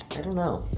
i don't know.